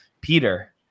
peter